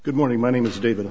good morning my name is david